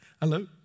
Hello